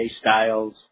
Styles